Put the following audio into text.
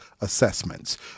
Assessments